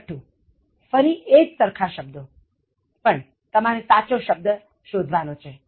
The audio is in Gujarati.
છટ્ઠુ ફરી એ જ સરખા શબ્દો પણ તમારે સાચો શબ્દ શોધવાનો છે